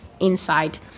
inside